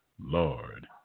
Lord